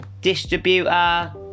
distributor